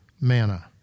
manna